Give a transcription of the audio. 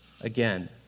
again